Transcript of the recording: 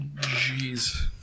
Jeez